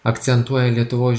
akcentuoja lietuvos